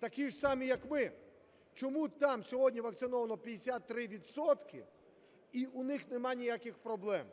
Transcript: такі ж самі, як ми. Чому там сьогодні вакциновано 53 відсотки - і у них немає ніяких проблем?